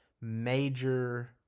major